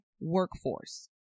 workforce